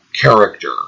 CHARACTER